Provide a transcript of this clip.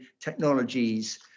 technologies